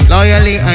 Loyally